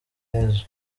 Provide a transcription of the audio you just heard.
yezu